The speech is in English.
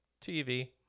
tv